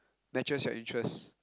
matches your interest